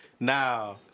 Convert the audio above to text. Now